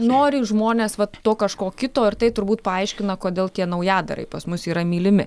nori žmonės vat to kažko kito ir tai turbūt paaiškina kodėl tie naujadarai pas mus yra mylimi